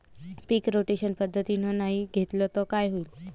पीक rotation पद्धतीनं नाही घेतलं तर काय होईन?